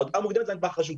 ההודעה המוקדמת זה נדבך חשוב,